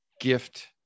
gift